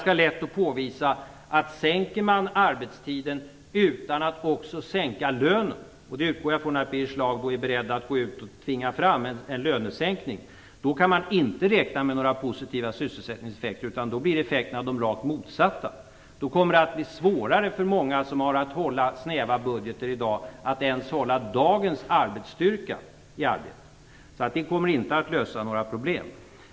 Det är lätt att påvisa att om man sänker arbetstiden utan att också sänka lönen - jag utgår från att Birger Schlaug inte vill tvinga fram en lönesänkning - kan man inte räkna med några positiva sysselsättningseffekter, utan effekterna blir de rakt motsatta. Då kommer det att bli svårare för många företag som i dag har snäva budgetar att ens behålla dagens arbetsstyrka i arbete. En sänkning av arbetstiden skulle alltså inte lösa några problem.